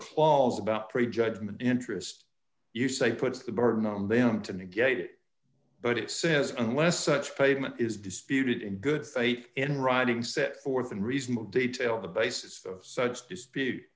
clause about prejudgment interest you say puts the burden on them to negate it but it says unless such pavement is disputed in good faith in writing set forth in reasonable detail the basis of such dispute